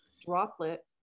droplet